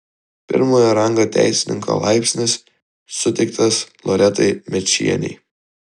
pirmojo rango teisininko laipsnis suteiktas loretai mėčienei